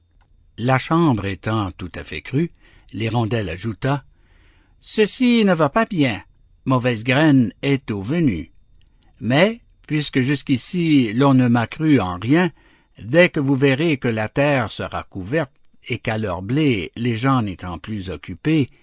la chanvre étant tout à fait crue l'hirondelle ajouta ceci ne va pas bien mauvaise graine est tôt venue mais puisque jusqu'ici l'on ne m'a crue en rien dès que vous verrez que la terre sera couverte et qu'à leurs blés les gens n'étant plus occupés